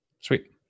sweet